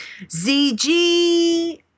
ZG